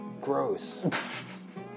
gross